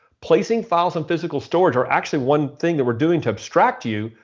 placing files in physical storage are actually one thing that we're doing to abstract to you.